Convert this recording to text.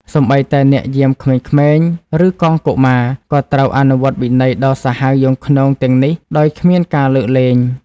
សូម្បីតែអ្នកយាមក្មេងៗ ឬកងកុមារ ក៏ត្រូវអនុវត្តវិន័យដ៏សាហាវយង់ឃ្នងទាំងនេះដោយគ្មានការលើកលែង។